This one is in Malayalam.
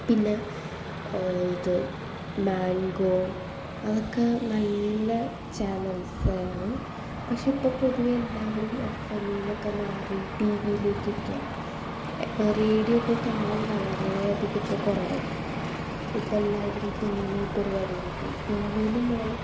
പിന്നെ ഇത് മംഗോ അതൊക്കെ നല്ല ചാനൽസ് ആണ് പക്ഷേ ഇപ്പോൾ പൊതുവേ എല്ലാവരും എഫ് എമിൽ നിന്നൊക്കെ മാറി ടി വിയിലേക്കൊക്കെ ആയി റേഡിയോ ഇപ്പോൾ കാണൽ വളരെയധികം ഇപ്പോൾ കുറവായി ഇപ്പോൾ എല്ലാവരും ടി വി പരിപാടികളിലേക്ക് ടി വിയിലും ഞാൻ